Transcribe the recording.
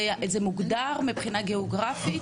זה מוגדר מבחינה גיאוגרפית?